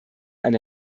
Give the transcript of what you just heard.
ein